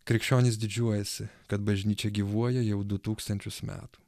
krikščionys didžiuojasi kad bažnyčia gyvuoja jau du tūkstančius metų